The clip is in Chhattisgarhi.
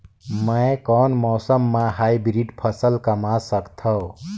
मै कोन मौसम म हाईब्रिड फसल कमा सकथव?